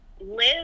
live